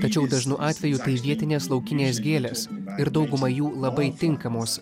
tačiau dažnu atveju tai vietinės laukinės gėlės ir dauguma jų labai tinkamos